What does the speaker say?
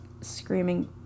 screaming